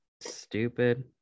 stupid